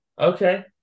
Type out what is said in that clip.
Okay